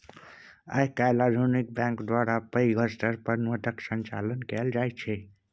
आइ काल्हि आधुनिक बैंक द्वारा बहुत पैघ स्तर पर नोटक संचालन कएल जाइत छै